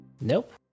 Nope